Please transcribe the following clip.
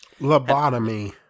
Lobotomy